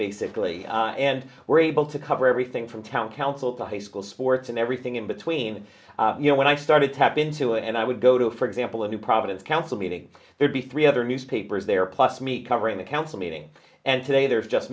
basically and we're able to cover everything from town council to high school sports and everything in between you know when i started to happen to it and i would go to for example a new providence council meeting there'd be three other newspapers there plus me covering the council meeting and today there's just